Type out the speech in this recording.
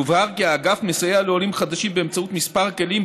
יובהר כי האגף מסייע לעולים חדשים באמצעות כמה כלים,